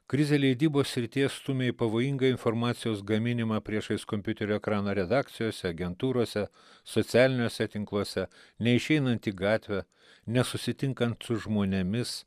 krizė leidybos srities stumia į pavojingai farmacijos gaminimą priešais kompiuterio ekrano redakcijose agentūrose socialiniuose tinkluose neišeinant į gatvę nesusitinkant su žmonėmis